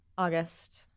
August